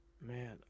Man